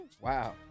Wow